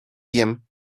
wiem